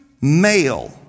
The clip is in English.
male